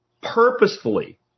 purposefully